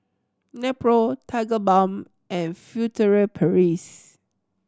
Nepro Tigerbalm and Furtere Paris